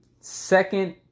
second